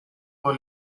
for